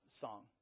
song